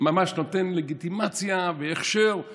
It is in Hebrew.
מעוניינים להשכיח את השבת,